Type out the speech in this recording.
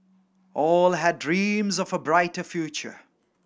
all had dreams of a brighter future